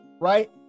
right